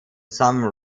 some